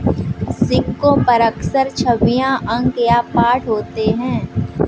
सिक्कों पर अक्सर छवियां अंक या पाठ होते हैं